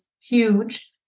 huge